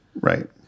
Right